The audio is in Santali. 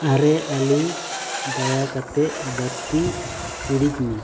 ᱟᱨᱮ ᱟᱹᱞᱤ ᱫᱟᱭᱟ ᱠᱟᱛᱮᱫ ᱵᱟᱹᱛᱤ ᱤᱲᱤᱡᱽ ᱢᱮ